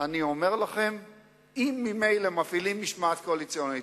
אם ממילא מפעילים משמעת קואליציונית,